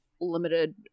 limited